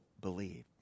believed